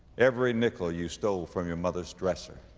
every nickel you stole from your mother's dresser,